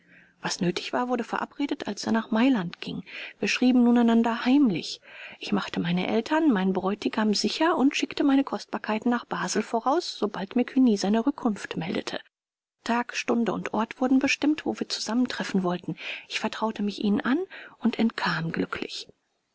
was nötig war wurde verabredet als er nach mailand ging wir schrieben nun einander heimlich ich machte meine eltern meinen bräutigam sicher und schickte meine kostbarkeiten nach basel voraus sobald mir cugny seine rückkunft meldete tag stunde und ort wurden bestimmt wo wir zusammentreffen wollten ich vertraute mich ihnen an und entkam glücklich